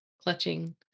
clutching